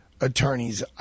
attorneys